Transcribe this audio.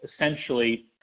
essentially